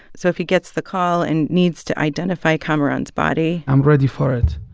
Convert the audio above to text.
so if he gets the call and needs to identify kamaran's body. i'm ready for it